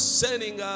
sending